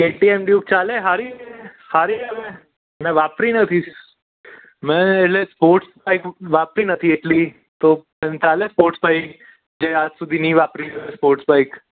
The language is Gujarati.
કેટીએમ ડ્યુક ચાલે સારી સારી આવે મેં વાપરી નથી મેં એટલે સ્પોર્ટ્સ બાઇક વાપરી નથી એટલી તો પણ ચાલે સ્પોર્ટ્સ બાઇક કે આજ સુધી નહીં વાપરી સ્પોર્ટ્સ બાઇક